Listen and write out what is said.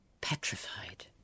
petrified